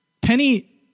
Penny